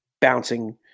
bouncing